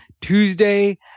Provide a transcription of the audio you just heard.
Tuesday